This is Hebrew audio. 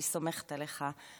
אני סומכת עליך,